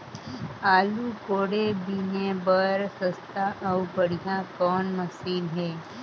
आलू कोड़े बीने बर सस्ता अउ बढ़िया कौन मशीन हे?